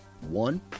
one